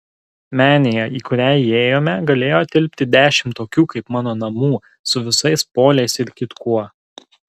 menėje į kurią įėjome galėjo tilpti dešimt tokių kaip mano namų su visais poliais ir kitkuo